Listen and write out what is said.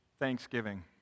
Thanksgiving